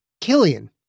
Killian